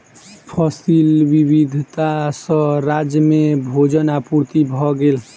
फसिल विविधता सॅ राज्य में भोजन पूर्ति भ गेल